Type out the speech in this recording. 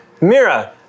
Mira